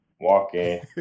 walking